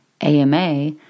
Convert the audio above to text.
AMA